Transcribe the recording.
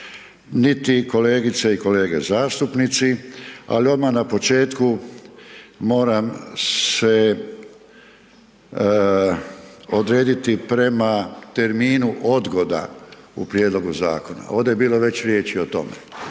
niti kolegice i kolege zastupnici ali odmah na početku moram se odrediti prema terminu odgoda prijedloga zakona. Ovdje je bilo već riječi o tome.